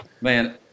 man